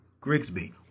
Grigsby